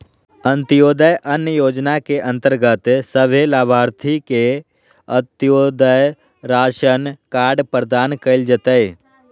अंत्योदय अन्न योजना के अंतर्गत सभे लाभार्थि के अंत्योदय राशन कार्ड प्रदान कइल जयतै